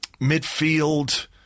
Midfield